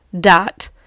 dot